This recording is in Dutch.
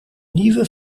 nieuwe